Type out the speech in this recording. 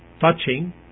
touching